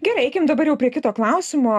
gerai eikim dabar jau prie kito klausimo